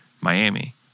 Miami